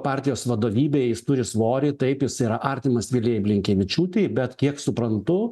partijos vadovybėj jis turi svorį taip jis yra artimas vilijai blinkevičiūtei bet kiek suprantu